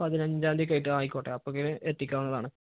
പതിനഞ്ചാം തീയതി കഴിഞ്ഞിട്ട് ആയിക്കോട്ടെ അപ്പോഴത്തേക്കിന് എത്തിക്കാവുന്നതാണ്